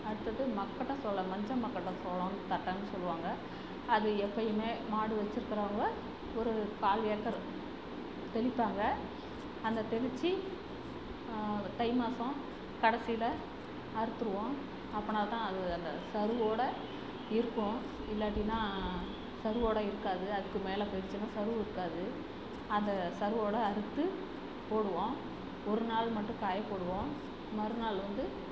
அடுத்தது மக்கட்ட சோளம் மஞ்ச மக்கட்ட சோளம்னு தட்டைன்னு சொல்லுவாங்க அது எப்பவுமே மாடு வச்சிருக்கிறவங்க ஒரு கால் ஏக்கர் தெளிப்பாங்கள் அந்த தெளிச்சு தை மாதம் கடைசில அறுத்துடுவோம் அப்படின்னா தான் அது அந்த சருகோட இருக்கும் இல்லாட்டின்னால் சருகோட இருக்காது அதுக்கு மேலே போயிருச்சுனால் சருகு இருக்காது அந்த சருகோட அறுத்து போடுவோம் ஒரு நாள் மட்டும் காயப் போடுவோம் மறு நாள் வந்து